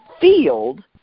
field